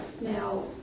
Now